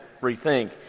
rethink